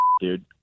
dude